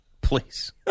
please